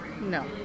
no